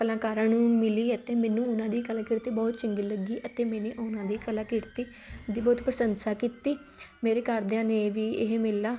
ਕਲਾਕਾਰਾਂ ਨੂੰ ਮਿਲੀ ਅਤੇ ਮੈਨੂੰ ਉਹਨਾਂ ਦੀ ਕਲਾਕ੍ਰਿਤੀ ਬਹੁਤ ਚੰਗੀ ਲੱਗੀ ਅਤੇ ਮੇਨੈ ਉਹਨਾਂ ਦੀ ਕਲਾਕ੍ਰਿਤੀ ਦੀ ਬਹੁਤ ਪ੍ਰਸੰਸਾ ਕੀਤੀ ਮੇਰੇ ਘਰਦਿਆਂ ਨੇ ਵੀ ਇਹ ਮੇਲਾ